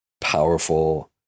powerful